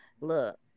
Look